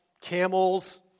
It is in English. camels